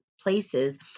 places